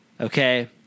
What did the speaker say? Okay